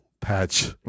patch